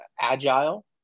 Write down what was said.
agile